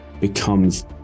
becomes